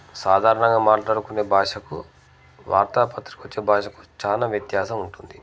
సాధారణంగా మాట్లాడుకునే భాషకు వార్తాపత్రికొచ్చే భాషకు చాలా వ్యత్యాసం ఉంటుంది